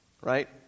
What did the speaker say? Right